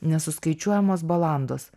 nesuskaičiuojamos balandos